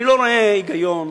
אני לא רואה היגיון,